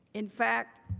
in fact,